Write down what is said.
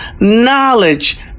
knowledge